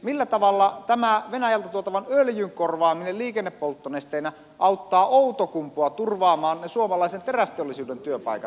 millä tavalla tämä venäjältä tuotavan öljyn korvaaminen liikennepolttonesteenä auttaa outokumpua turvaamaan ne suomalaisen terästeollisuuden työpaikat